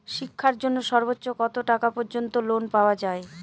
শিক্ষার জন্য সর্বোচ্চ কত টাকা পর্যন্ত লোন পাওয়া য়ায়?